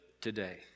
today